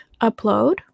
upload